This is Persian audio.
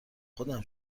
خودم